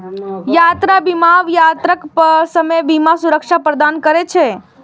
यात्रा बीमा यात्राक समय बीमा सुरक्षा प्रदान करै छै